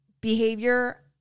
behavior